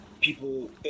people